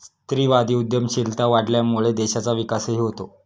स्त्रीवादी उद्यमशीलता वाढल्यामुळे देशाचा विकासही होतो